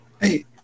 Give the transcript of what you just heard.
Hey